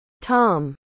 Tom